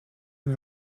and